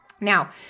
Now